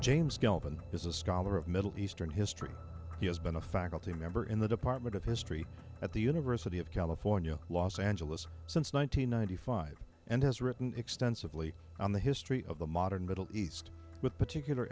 james gelfand is a scholar of middle eastern history he has been a faculty member in the department of history at the university of california los angeles since one thousand nine hundred five and has written extensively on the history of the modern middle east with particular